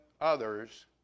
others